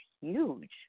huge